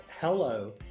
hello